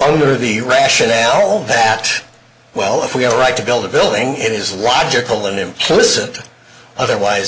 over the rationale that well if we have a right to build a building it is logical and implicit otherwise